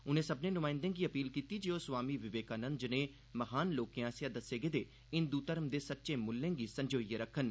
उनें सब्मनें नुमाइंदें गी अपील कीती जे ओह् स्वामी विवेकानंद ज्नेह् म्हान लोकें आसेआ दस्से गेदे हिंदु घर्म दे सच्चे मुल्लें गी संजोइयै रक्खन